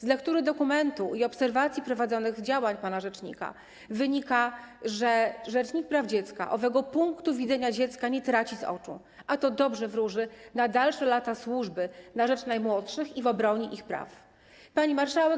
Z lektury dokumentu i obserwacji prowadzonych działań pana rzecznika wynika, że rzecznik praw dziecka owego punku widzenia dziecka nie traci z oczu, a to dobrze wróży na dalsze lata służby na rzecz najmłodszych i w obronie ich praw. Pani Marszałek!